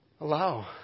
allow